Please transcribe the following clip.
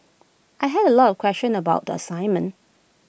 I had A lot of questions about the assignment